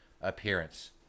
appearance